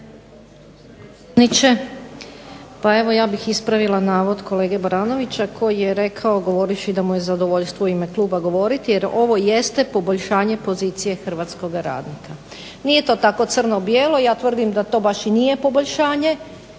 pa evo ja bih ispravila navod kolege Baranovića koji je rekao govorivši da mu je zadovoljstvo u ime kluba govoriti, jer ovo jeste poboljšanje pozicije hrvatskog radnika. Nije to tako crno bijelo. Ja tvrdim da to baš i nije poboljšanje,